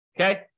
Okay